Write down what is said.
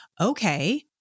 okay